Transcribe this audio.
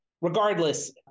regardless